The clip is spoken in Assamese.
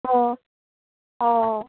অঁ অঁ